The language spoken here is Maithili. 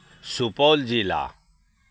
सुपौल जिला